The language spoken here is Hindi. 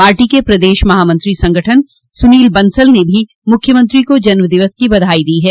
पार्टी के प्रदेश महामंत्री संगठन सुनील बंसल ने भी मुख्यमंत्री को जन्मदिवस की बधाई दी है